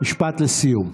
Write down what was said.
משפט לסיום.